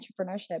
entrepreneurship